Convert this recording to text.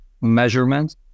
measurement